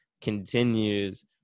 continues